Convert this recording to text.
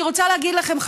אני רוצה להגיד לכם,